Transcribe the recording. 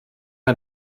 ein